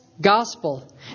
gospel